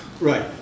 Right